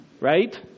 Right